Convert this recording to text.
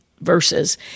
verses